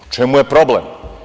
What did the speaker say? U čemu je problem?